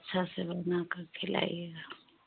अच्छा से बनाकर खिलाइएगा